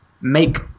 make